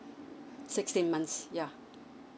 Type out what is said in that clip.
sixteen months yeah